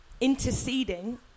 Interceding